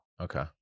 Okay